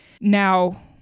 Now